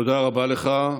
תודה רבה לך.